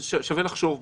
שווה לחשוב בה,